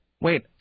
Wait